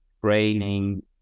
training